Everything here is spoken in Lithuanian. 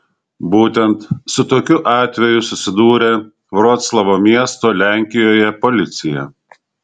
būtent su tokiu atveju susidūrė vroclavo miesto lenkijoje policija